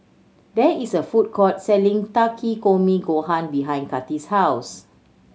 there is a food court selling Takikomi Gohan behind Kathi's house